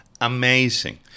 amazing